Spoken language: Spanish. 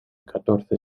catorce